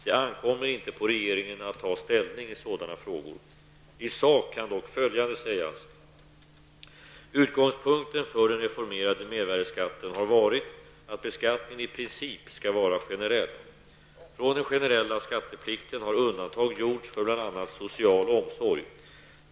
Det ankommer inte på regeringen att ta ställning i sådana frågor. I sak kan dock följande sägas. Utgångspunkten för den reformerade mervärdeskatten har varit att beskattningen i princip skall vara generell. Från den generella skatteplikten har undantag gjorts för bl.a. social omsorg.